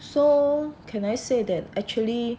so can I say that actually